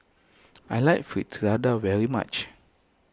I like Fritada very much